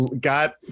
got